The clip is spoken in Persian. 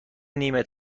نیمه